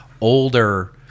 older